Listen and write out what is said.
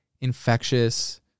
infectious